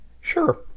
Sure